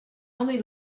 only